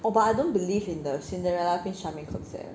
oh but I don't believe in the cinderella prince charming concept